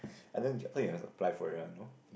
and then apply for it one no